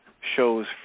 shows